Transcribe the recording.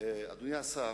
אדוני השר,